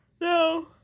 No